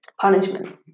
Punishment